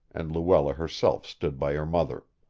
and luella herself stood by her mother.